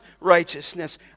righteousness